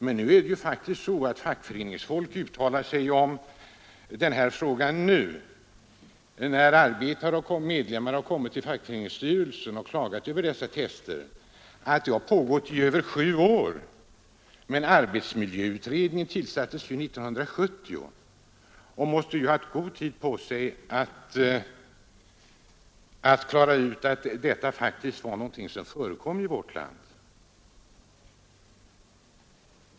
Men fackföreningsfolk uttalar sig om den här frågan nu. Medlemmar har kommit till fackföreningsstyrelsen och klagat över dessa psykosomatiska tester, som har pågått i över sju år. Arbetsmiljöutredningen tillsattes ju 1970 och måste ha haft god tid på sig att klara ut att detta faktiskt är någonting som förekommer i vårt land.